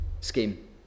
scheme